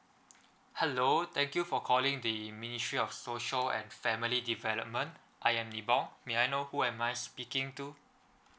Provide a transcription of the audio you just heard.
hello thank you for calling the ministry of social and family development I am debong may I know who am I speaking to